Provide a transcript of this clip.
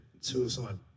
suicide